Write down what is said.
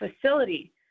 facility